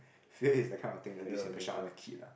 fear is the kind of thing that leaves impression on a kid lah